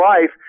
life